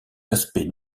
aspects